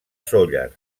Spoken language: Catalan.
sóller